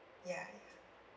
ya ya